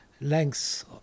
lengths